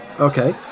Okay